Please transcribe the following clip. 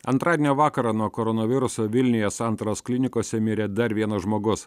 antradienio vakarą nuo koronaviruso vilniuje santaros klinikose mirė dar vienas žmogus